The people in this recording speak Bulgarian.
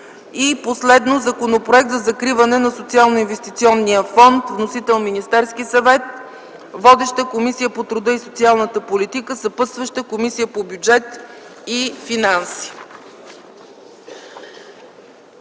и спорта. Законопроект за закриване на Социалноинвестиционния фонд – вносител е Министерският съвет. Водеща е Комисията по труда и социалната политика, съпътстваща е Комисията по бюджет и финанси.